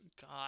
God